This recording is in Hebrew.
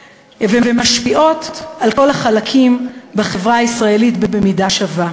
ומשפיעות על כל החלקים בחברה הישראלית במידה שווה,